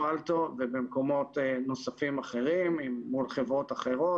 אלטו ובמקומות נוספים אחרים ומול חברות אחרות.